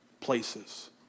places